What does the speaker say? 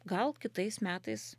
gal kitais metais